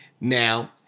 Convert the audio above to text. Now